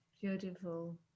Beautiful